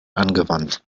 angewandt